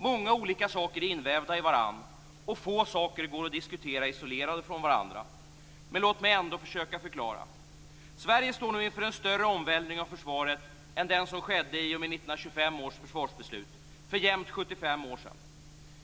Många olika saker är invävda i varandra, och få saker går att diskutera isolerade från varandra. Låt mig ändå försöka förklara. Sverige står nu inför en större omvälvning av försvaret än den som skedde i och med 1925 års försvarsbeslut, för jämnt 75 år sedan.